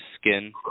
skin